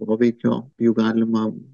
poveikio jų galimam